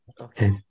Okay